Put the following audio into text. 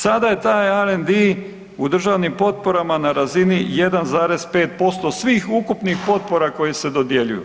Sada je taj R&D u državnim potporama na razini 1,5% svih ukupnih potpora koje se dodjeljuju.